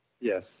Yes